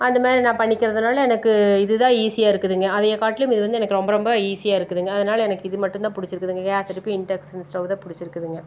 அந்த மாதிரி நான் பண்ணிக்கிறதுனால எனக்கு இது தான் ஈஸியா இருக்குதுங்க அதைய காட்டிலும் இது வந்து எனக்கு ரொம்ப ரொம்ப ஈஸியா இருக்குதுங்க அதனால எனக்கு இது மட்டுந்தான் பிடிச்சிருக்குதுங்க கேஸ் அடுப்பு இன்டெக்ஷன் ஸ்டவ்வு தான் பிடிச்சிருக்குதுங்க